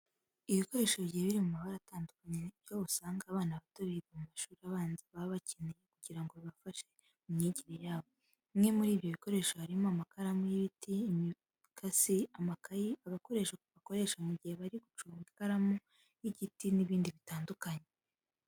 Ibikoresho bigiye biri mu mabara atandukanye ni byo usanga abana bato biga mu mashuri abanza baba bakeneye kugira ngo bibafashe mu myigire yabo. Bimwe muri ibyo bikoresho harimo amakaramu y'ibiti, imikasi, amakayi, agakoresho bakoresha mu gihe bari guconga ikaramu y'igiti n'ibindi bitandukanye.